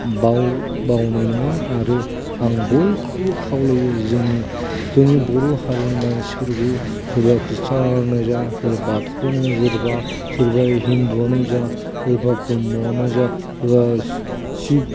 बावनाय नङा आरो आं बयखौबो खावलायो जोंनि जोंनि बर' हारिनि मानसिफोरखौ सोरबा ख्रिस्टियानानो जा सोरबा बाथौ बा सोरबा हिन्दुआनो जा सोरबा ब्रह्मआनो जा बा सिब